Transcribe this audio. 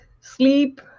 sleep